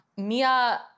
Mia